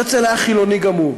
הרצל היה חילוני גמור.